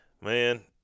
man